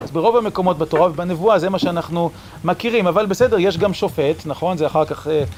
אז ברוב המקומות בתורה ובנבואה זה מה שאנחנו מכירים, אבל בסדר, יש גם שופט, נכון? זה אחר כך...